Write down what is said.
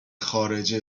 خارجه